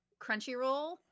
crunchyroll